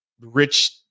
rich